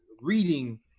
reading